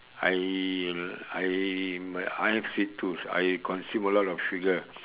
I I I have sweet tooth I consume a lot of sugar